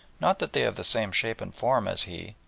not that they have the same shape and form as he,